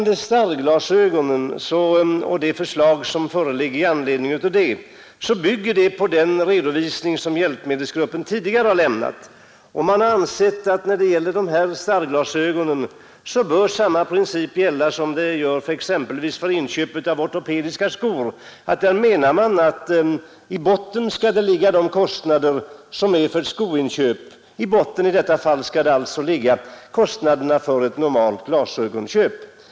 Det förslag som föreligger om bidrag till starrglasögon bygger på den redovisning som hjälpmedelsgruppen tidigare har lämnat. Man har ansett att samma princip bör gälla för starrglasögon som exempelvis för inköp av ortopediska skor, där i botten skall ligga kostnader för ett ordinärt skoinköp. I botten i detta fall skall alltså ligga kostnaden för ett normalt glasögonköp.